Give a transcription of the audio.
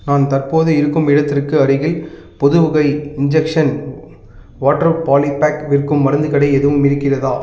நான் தற்போது இருக்கும் இடத்திற்கு அருகில் பொதுவகை இன்ஜெக்ஷன் வாட்டர் பாலி பேக் விற்கும் மருந்துக் கடை எதுவும் இருக்கிறதா